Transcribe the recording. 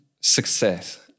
success